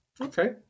Okay